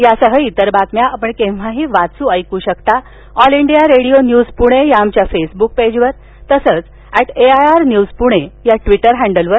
यासह इतर बातम्या आपण केव्हाही वाचू रेकू शकता All India Radio news Pune या आमच्या फेसबुक पेजवर तसंच ऍट आयआर न्यूज पुणे या ट्विटर हँडलवर